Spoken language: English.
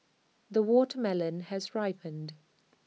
the watermelon has ripened